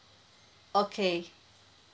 okay